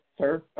sir